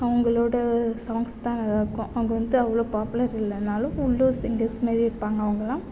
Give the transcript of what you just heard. அவங்களோட சாங்க்ஸ் தான் அங்கே இருக்கும் அவங்க வந்து அவ்வளோ பாப்புலர் இல்லைனாலும் உள்ளூர் சிங்கர்ஸ் மாதிரி இருப்பாங்க அவங்க